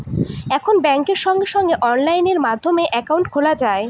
এখন ব্যাঙ্কে সঙ্গে সঙ্গে অনলাইন মাধ্যমে একাউন্ট খোলা যায়